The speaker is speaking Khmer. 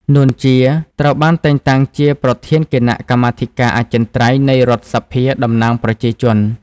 នួន ជា ត្រូវបានតែងតាំងជាប្រធានគណៈកម្មាធិការអចិន្ត្រៃយ៍នៃរដ្ឋសភាតំណាងប្រជាជន។